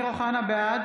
בעד